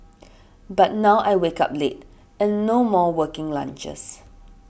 but now I wake up late and no more working lunches